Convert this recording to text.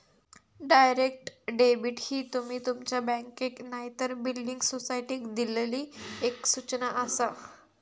direct debit ही तुमी तुमच्या बँकेक नायतर बिल्डिंग सोसायटीक दिल्लली एक सूचना आसा